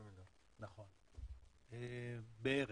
ב-2030, בערך.